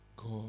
God